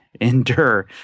endure